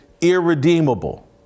irredeemable